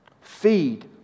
Feed